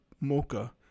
mocha